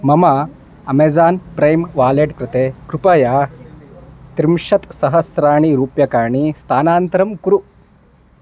मम Amazon Prime wallet कृते कृपया त्रिंशत्सहस्राणि रूप्यकाणि स्थानान्तरं कुरु